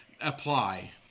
apply